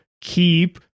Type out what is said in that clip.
keep